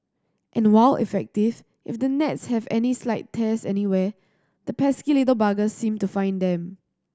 and while effective if the nets have any slight tears anywhere the pesky little buggers seem to find them